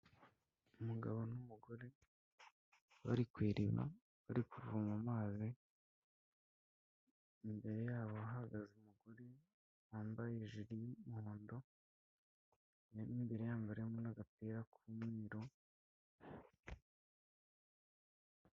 Umugabo n'umugore bari ku iriba bari kuvoma amazi, imbere yabo hahagaze umugore wambaye ijuri y'umuhondo mo imbere yambayemu n'agapira k'umweru.